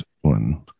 one